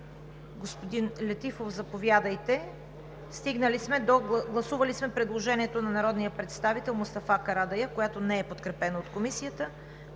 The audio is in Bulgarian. Господин Летифов, заповядайте. Гласували сме предложението на народния представител Мустафа Карадайъ, което не е подкрепено от Комисията.